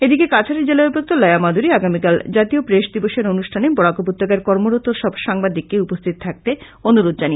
এদিকে কাছাড়ের জেলা উপায়ুক্ত লায়া মাদুরী আগামীকাল জাতীয় প্রেস দিবসের অনুষ্ঠানে বরাক উপত্যকায় কর্মরত সব সাংবাদিককে উপস্থিত থাকতে অনুরোধ করেছেন